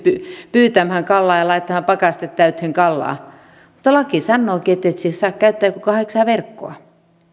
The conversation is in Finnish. pyytämään kalaa ja laittamaan pakastimen täyteen kalaa mutta laki sanookin ettet sinä saa käyttää kuin kahdeksaa verkkoa